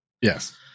Yes